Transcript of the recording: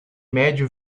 médio